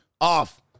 off